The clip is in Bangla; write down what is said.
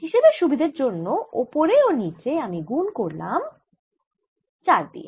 হিসেবের সুবিধার জন্য ওপরে ও নিচে আমি গুন করলাম 4 দিয়ে